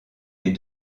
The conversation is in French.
les